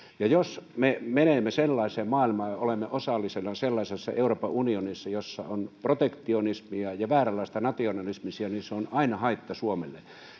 jos me menemme sellaiseen maailmaan ja olemme osallisena sellaisessa euroopan unionissa jossa on protektionismia ja vääränlaista nationalismia niin se on aina haitta suomelle